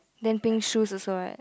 then pink shoes also right